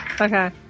Okay